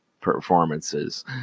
performances